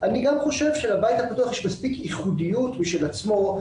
אני חושב שלבית הפתוח יש מספיק ייחודיות משל עצמו,